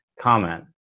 comment